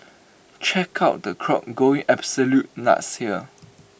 check out the crowd going absolutely nuts here